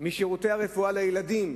משירותי הרפואה לילדים,